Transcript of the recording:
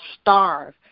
starve